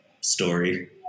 story